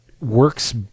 works